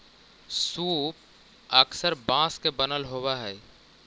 सूप पअक्सर बाँस के बनल होवऽ हई